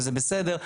וזה בסדר,